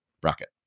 bracket